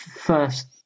first